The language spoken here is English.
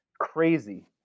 crazy